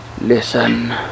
Listen